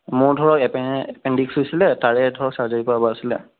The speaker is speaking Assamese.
মোৰ ধৰক এপেণ্ডিক্স হৈছিলে তাৰে ধৰ চাৰ্জৰী কৰাব আছিলে